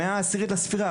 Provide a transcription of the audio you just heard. במאה העשירית לספירה.